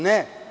Ne.